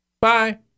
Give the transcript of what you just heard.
Bye